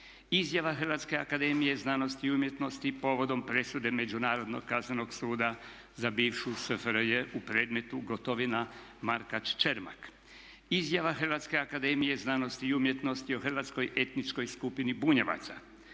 Izjava Hrvatske akademije znanosti i umjetnosti povodom presude Međunarodnog kaznenog suda za bivšu SFRJ u predmetu Gotovina – Markač – Čermak. Izjava Hrvatske akademije znanosti i umjetnosti o hrvatskoj etničkoj skupini Bunjevaca.